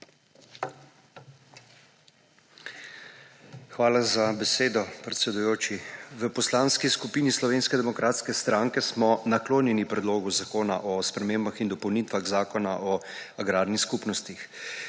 Hvala za besedo, predsedujoči. V Poslanski skupini Slovenske demokratske stranke smo naklonjeni Predlogu zakona o spremembah in dopolnitvah Zakona o agrarnih skupnostih.